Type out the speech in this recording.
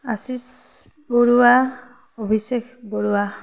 Ashish Baruah Abhishek Barua